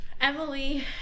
Emily